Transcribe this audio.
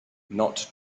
not